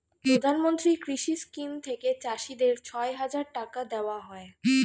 প্রধানমন্ত্রী কৃষি স্কিম থেকে চাষীদের ছয় হাজার টাকা দেওয়া হয়